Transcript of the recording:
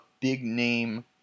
big-name